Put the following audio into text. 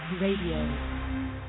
Radio